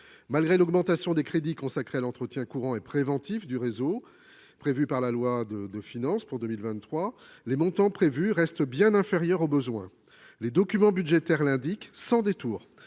Malgré l'augmentation des crédits consacrés à l'entretien courant et préventif du réseau prévu par la loi de finances pour 2023, les montants prévus restent bien inférieurs aux besoins. Les documents budgétaires l'indiquent sans détour